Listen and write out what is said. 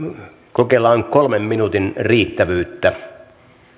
kokeillaan kolmen minuutin riittävyyttä